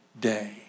day